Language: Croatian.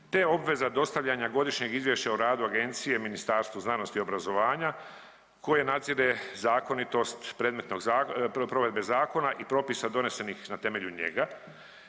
te obveza dostavljanja godišnjeg izvješća o radu Agencije Ministarstva znanosti i obrazovanja koje nadzire zakonitost predmetnog .../nerazumljivo/... provedbe zakona i propisa donesenih na temelju njega.